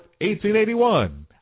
1881